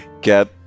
get